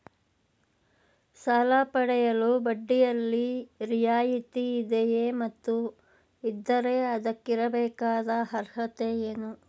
ಸಾಲ ಪಡೆಯಲು ಬಡ್ಡಿಯಲ್ಲಿ ರಿಯಾಯಿತಿ ಇದೆಯೇ ಮತ್ತು ಇದ್ದರೆ ಅದಕ್ಕಿರಬೇಕಾದ ಅರ್ಹತೆ ಏನು?